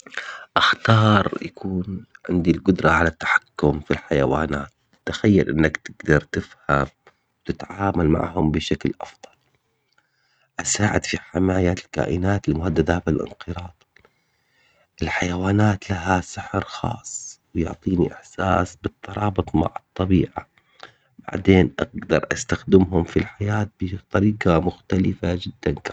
اختار يكون عندي القدرة على التحكم في الحيوانات. تخيل انك تقدر تفهم تتعامل معهم بشكل افضل. اساعد في حماية الكائنات المهددة بالانقراض. الحيوانات لها سحر خاص. ويعطيني احساس بالترابط الطبيعة. بعدين اقدر استخدمهم في الحياة بطريقة مختلفة جدا